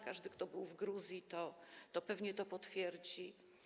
Każdy, kto był w Gruzji, pewnie to potwierdzi.